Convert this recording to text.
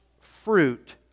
fruit